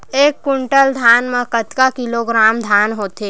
एक कुंटल धान में कतका किलोग्राम धान होथे?